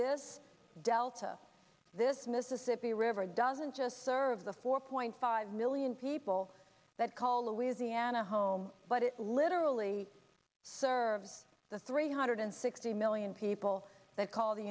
this delta this mississippi river doesn't just serve the four point five million people that call louisiana home but it literally serves the three hundred sixty million people that call the